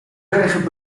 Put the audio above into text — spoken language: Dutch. bergen